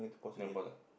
don't bother